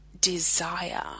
desire